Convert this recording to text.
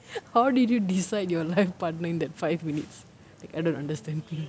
how did you decide your life partner in that five minutes I don't understand